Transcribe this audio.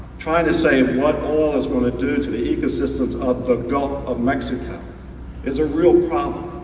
trying to say what oil is gonna do to the ecosystems of the gulf of mexico is a real problem.